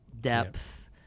depth